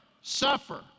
suffer